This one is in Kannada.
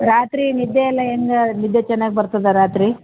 ರಾತ್ರಿ ನಿದ್ದೆಯೆಲ್ಲ ಹೆಂಗಾ ನಿದ್ದೆ ಚೆನ್ನಾಗಿ ಬರ್ತದಾ ರಾತ್ರಿ